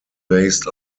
based